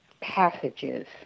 passages